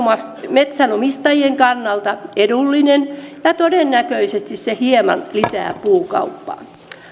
metsänomistajien kannalta edullinen ja todennäköisesti se hieman lisää puukauppaa